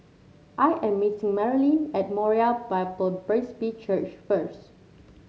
I am meeting Marolyn at Moriah Bible Presby Church first